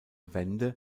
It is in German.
wende